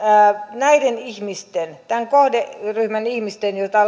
näiden ihmisten tämän kohderyhmän ihmisten joita